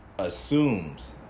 assumes